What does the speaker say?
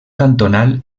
cantonal